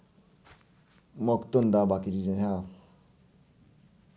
मुक्त होंदा बाकी चीजें शा